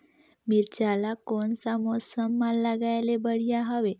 मिरचा ला कोन सा मौसम मां लगाय ले बढ़िया हवे